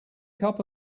cup